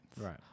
Right